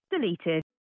Deleted